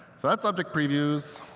so that's object previews,